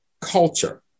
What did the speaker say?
culture